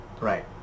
right